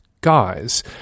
guys